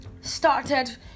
started